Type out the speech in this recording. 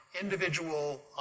individual